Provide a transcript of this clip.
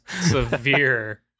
severe